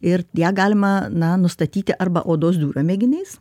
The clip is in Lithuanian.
ir ją galima na nustatyti arba odos dūrio mėginiais